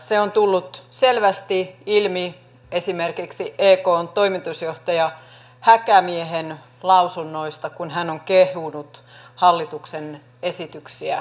se on tullut selvästi ilmi esimerkiksi ekn toimitusjohtaja häkämiehen lausunnoista kun hän on kehunut hallituksen esityksiä erinomaisiksi